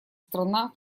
страна